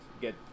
get